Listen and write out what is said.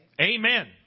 Amen